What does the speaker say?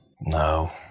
No